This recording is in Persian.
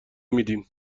میدیم